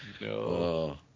no